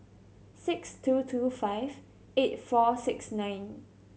six two two five eight four six nine